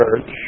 church